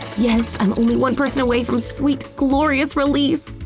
yes! i'm only one person away from sweet, glorious release!